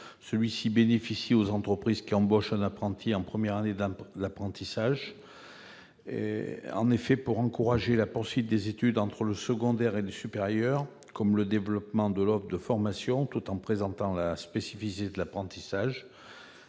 Celui-ci bénéficie aux entreprises qui embauchent un apprenti en première année d'apprentissage. En effet, afin d'encourager la poursuite des études entre le secondaire et le supérieur, comme le développement de l'offre de formation, tout en préservant la spécificité de l'apprentissage,